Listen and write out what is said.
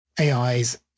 AIs